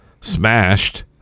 smashed